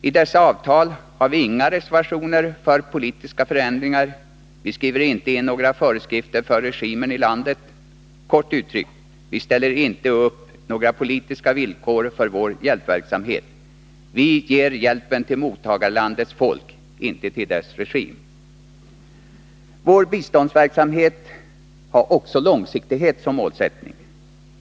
I dessa avtal har vi inga reservationer för politiska förändringar; vi skriver inte in några föreskrifter för regimen i landet. Kort uttryckt ställer vi inte upp några politiska villkor för vår hjälpverksamhet; vi ger hjälpen till mottagarlandets folk, inte till dess regim. Vår biståndsverksamhet har också långsiktighet som målsättning.